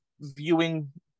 viewing